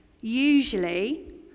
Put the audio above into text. Usually